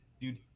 dude